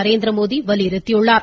நரேந்திரமோடி வலியுறுத்தியுள்ளார்